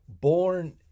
born